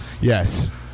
Yes